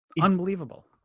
unbelievable